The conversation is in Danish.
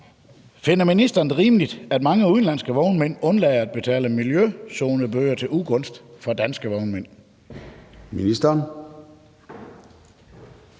Finder ministeren det rimeligt, at mange udenlandske vognmænd undlader at betale miljøzonebøder til ugunst for danske vognmænd?